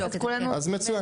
אז מצוין.